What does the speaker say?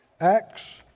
Acts